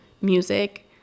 music